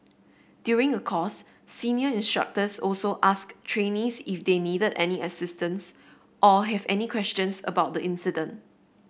during a course senior instructors also asked trainees if they needed any assistance or have any questions about the incident